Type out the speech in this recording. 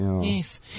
yes